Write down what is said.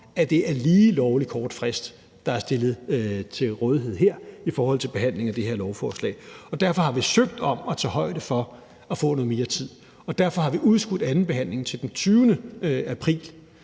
at det er en lige lovlig kort frist, der er stillet til rådighed her i forhold til behandling af det her lovforslag, og derfor har vi søgt om at tage højde for at få noget mere tid. Derfor har vi udskudt andenbehandlingen til den 20. april,